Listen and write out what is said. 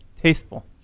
Tasteful